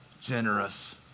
generous